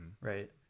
right